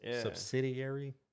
subsidiary